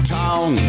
town